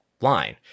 line